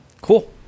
Cool